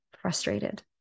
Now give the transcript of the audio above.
frustrated